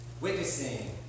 Witnessing